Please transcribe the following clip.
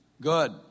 Good